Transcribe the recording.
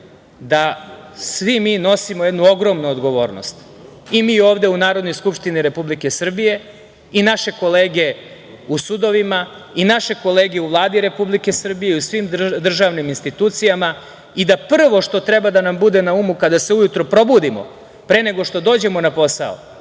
da svi mi nosimo jednu ogromnu odgovornost i mi ovde u Narodnoj skupštini Republike Srbije, i naše kolege u sudovima, i naše kolege i Vladi Republike Srbije i u svim državnim institucijama i da prvo što treba da nam budu na umu kada se ujutru probudimo pre nego što dođemo na posao,